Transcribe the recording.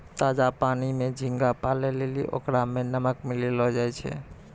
ताजा पानी में झींगा पालै लेली ओकरा में नमक मिलैलोॅ जाय छै